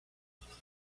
grandes